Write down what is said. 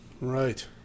Right